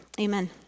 amen